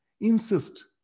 insist